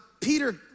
Peter